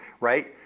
right